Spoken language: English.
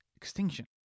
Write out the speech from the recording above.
Extinction